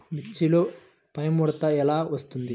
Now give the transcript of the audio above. మిర్చిలో పైముడత ఎలా వస్తుంది?